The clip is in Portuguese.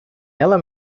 ela